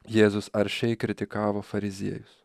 jėzus aršiai kritikavo fariziejus